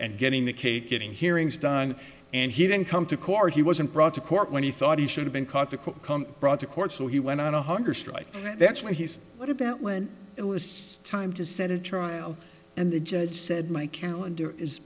and getting the cake getting hearings done and he didn't come to court he wasn't brought to court when he thought he should have been called to come brought to court so he went on a hunger strike that's what he's what about when it was time to set a trial and the judge said my calendar is